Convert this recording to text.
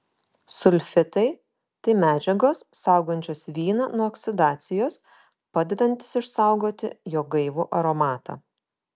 sulfitai tai medžiagos saugančios vyną nuo oksidacijos padedantys išsaugoti jo gaivų aromatą